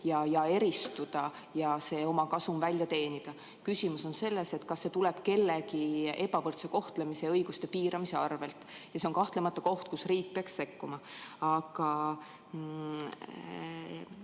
ja eristuda ja kasum välja teenida. Küsimus on selles, kas see tuleb kellegi ebavõrdse kohtlemise ja õiguste piiramise arvel. See on kahtlemata koht, kus riik peaks sekkuma. Aga